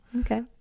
okay